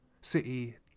City